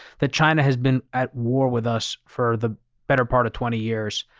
that china has been at war with us for the better part of twenty years,